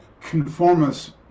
conformist